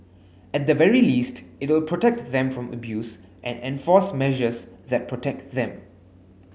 at the very least it will protect them from abuse and enforce measures that protect them